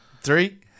three